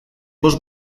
bost